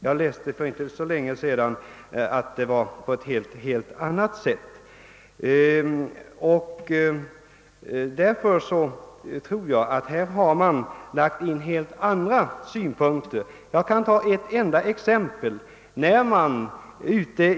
Jag läste för inte så länge sedan att det förhåller sig på ett helt annat sätt i en av våra större städer. Jag tror alltså att man härvidlag anlagt andra synpunkter än miljömässiga när bostadsbebyggelse hindrats i glesbygder. Jag skall ta ett enda exempel.